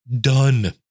done